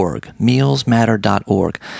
Mealsmatter.org